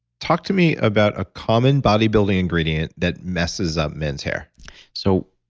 talk to me about a common body-building ingredient that messes up men's hair so,